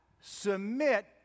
submit